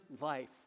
life